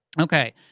Okay